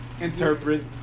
interpret